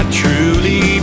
truly